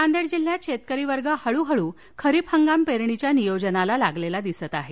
नांदेड जिल्ह्यात शेतकरी वर्ग हळूहळू खरिप हंगाम पेरणीच्या नियोजनास लागलेला दिसत आहे